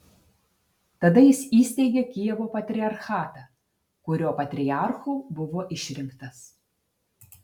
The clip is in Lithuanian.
tada jis įsteigė kijevo patriarchatą kurio patriarchu buvo išrinktas